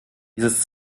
dieses